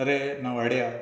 आरे नावाड्या